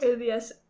yes